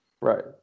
Right